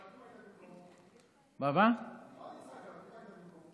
למה אתה צוחק עליו?